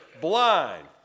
blind